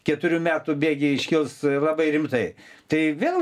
keturių metų bėgyj iškils labai rimtai tai vėl